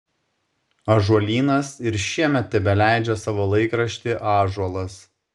ąžuolynas ir šiemet tebeleidžia savo laikraštį ąžuolas